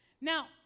Now